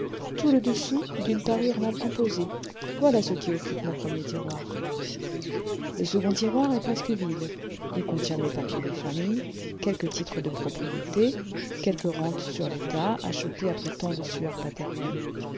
tout le dessous d'une parure mal composée voilà ce qui occupe mon premier tiroir le second tiroir est presque vide il contient mes papiers de famille quelques titres de propriété quelques rentes sur l'état achetées après tant de sueurs paternelles